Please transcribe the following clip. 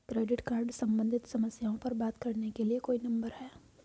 Credit card सम्बंधित समस्याओं पर बात करने के लिए कोई नंबर है?